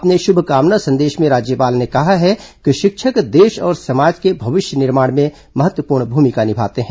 अपने शुभकामना संदेश में राज्यपाल ने कहा है कि शिक्षक देश और समाज के भविष्य निर्माण में महत्वपूर्ण भूमिका निभाते हैं